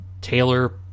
Taylor